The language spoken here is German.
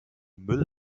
müll